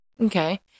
Okay